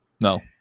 No